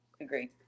Agree